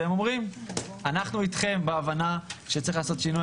והם אומרים: אנחנו איתכם בהבנה שצריך לעשות שינוי,